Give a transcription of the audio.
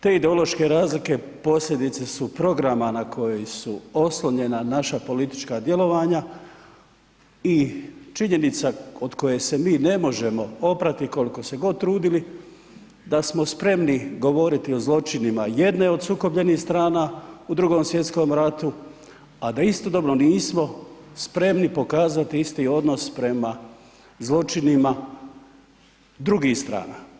Te ideološke razlike posljedice su programa na koji su oslonjena naša politička djelovanja i činjenica od koje se mi ne možemo oprati koliko se god trudili da smo spremni govoriti o zločinima jedne od sukobljenih stranka u Drugom svjetskom ratu a da istodobno nismo spremi pokazati isti odnos prema zločinima drugih strana.